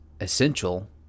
essential